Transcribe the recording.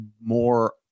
more